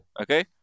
Okay